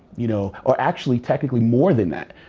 you know or actually technically more than that.